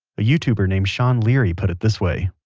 a youtuber named sean leary put it this way